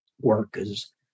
workers